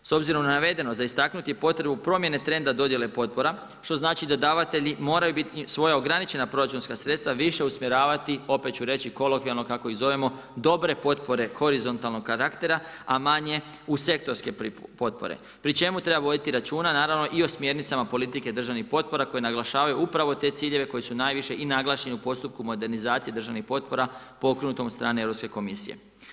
S obzirom na navedeno za istaknuti je potrebu promjene trenda dodijele potpora što znači da davatelji moraju svoja ograničena proračunska sredstva više usmjeravat, opet ću reći kolokvijalno kako iz zovemo dobre potpore horizontalnog karaktera, a manje u sektorske potpore, pri čemu treba voditi računa i o smjernicama politike državnih potpora koje naglašavaju upravo te ciljeve koji su najviše i naglašeni u postupku modernizacije državnih potpora pokrenutom od strane Europske komisije.